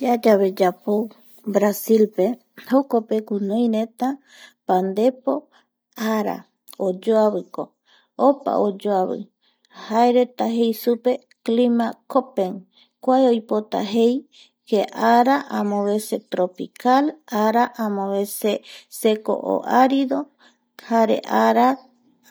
Yayave yapou Brasilpe jokope guonoireta pandepo ara oyoaviko opa oyoavi jae jaereta jei supe cclima coper kua oipota jei ara amoveces tropical amovece seco o arido jare ara